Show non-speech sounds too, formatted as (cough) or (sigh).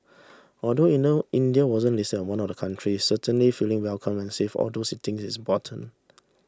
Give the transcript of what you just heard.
(noise) although (unintelligible) India wasn't list as one of the countries certainly feeling welcome and safe all those things is important